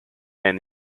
and